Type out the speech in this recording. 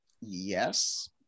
Yes